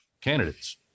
candidates